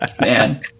man